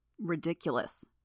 Ridiculous